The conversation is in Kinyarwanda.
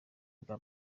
bwa